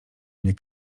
mnie